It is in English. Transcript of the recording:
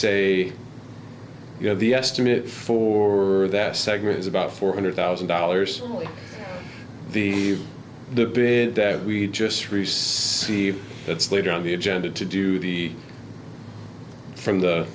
know the estimate for that segment is about four hundred thousand dollars the the bit that we just received that's later on the agenda to do the from the